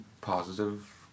positive